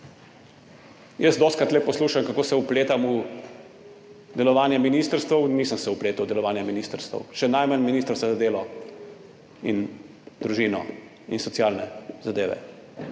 Dostikrat tu poslušam, kako se vpletam v delovanje ministrstev – nisem se vpletal v delovanje ministrstev, še najmanj ministrstva za delo, družino in socialne zadeve.